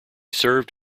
served